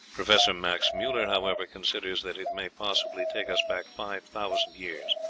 professor max muller, however, considers that it may possibly take us back five thousand years.